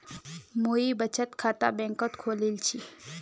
मुई बचत खाता बैंक़त खोलील छि